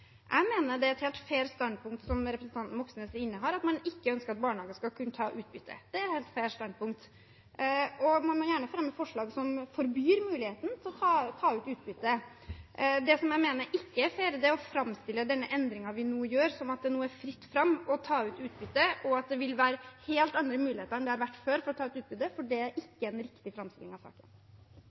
Jeg mener det er et helt fair standpunkt representanten Moxnes innehar, at man ikke ønsker at barnehager skal kunne ta utbytte – det er et helt fair standpunkt. Og man må gjerne fremme forslag som forbyr muligheten til å ta ut utbytte. Det jeg mener ikke er fair, er å framstille denne endringen vi nå foretar, som at det nå er fritt fram for å ta ut utbytte og at det vil være helt andre muligheter enn det har vært før for å ta ut utbytte, for det er ikke en riktig framstilling av saken.